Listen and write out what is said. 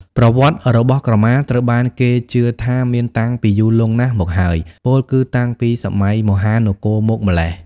ប្រវត្តិរបស់ក្រមាត្រូវបានគេជឿថាមានតាំងពីយូរលង់ណាស់មកហើយ ពោលគឺតាំងពីសម័យមហានគរមកម្ល៉េះ។